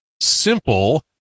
simple